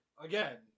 again